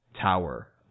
tower